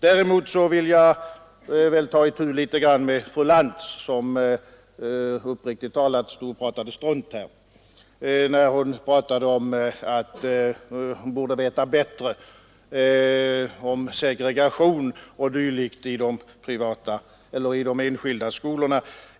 Däremot vill jag ta itu litet grand med fru Lantz, som uppriktigt sagt pratade strunt när hon talade om — hon borde veta bättre — segregation och dylikt i de enskilda skolorna.